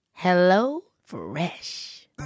HelloFresh